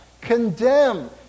condemn